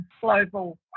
global